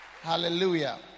Hallelujah